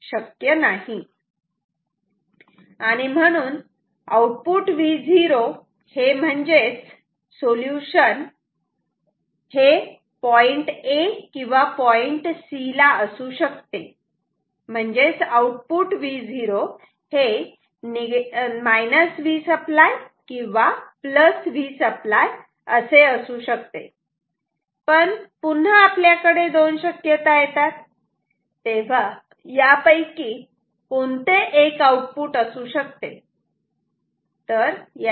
आणि म्हणून output Vo हे म्हणजेच सोल्युशन हे पॉईंट A किंवा पॉईंट C ला असू शकते म्हणजेच आउटपुट Vo हे Vसप्लाय किंवा Vसप्लाय असू शकते पण पुन्हा आपल्याकडे दोन शक्यता येतात तेव्हा यापैकी कोणते एक आउटपुट असू शकते